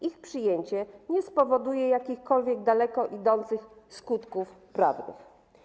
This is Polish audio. Ich przyjęcie nie spowoduje jakichkolwiek daleko idących skutków prawnych.